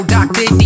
Doctor